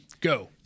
Go